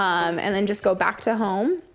um and then just go back to home.